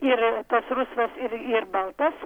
ir tas rusvas ir ir baltas